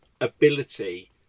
ability